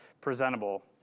presentable